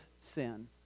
sin